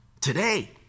today